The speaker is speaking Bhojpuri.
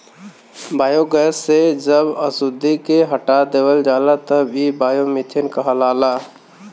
बायोगैस से जब अशुद्धि के हटा देवल जाला तब इ बायोमीथेन कहलाला